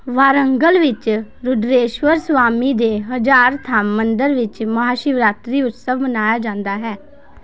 ਵਾਰੰਗਲ ਵਿੱਚ ਰੁਦ੍ਰੇਸ਼ਵਰ ਸਵਾਮੀ ਦੇ ਹਜ਼ਾਰ ਥੰਮ੍ਹ ਮੰਦਰ ਵਿੱਚ ਮਹਾ ਸ਼ਿਵਰਾਤਰੀ ਉਤਸਵ ਮਨਾਇਆ ਜਾਂਦਾ ਹੈ